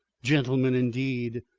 gentlemen indeed!